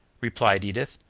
replied edith.